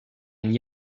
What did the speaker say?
and